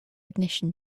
ignition